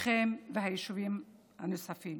שכם והיישובים הנוספים.